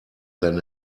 than